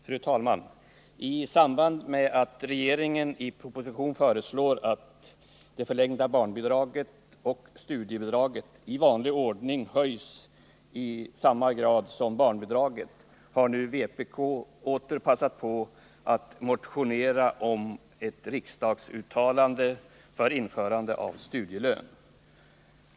Fru talman! I samband med att regeringen i propositionen föreslår att det förlängda barnbidraget och studiebidraget i vanlig ordning höjs i samma grad som barnbidraget har nu vpk åter passat på att motionera om ett riksdagsuttalande för införande av studielön.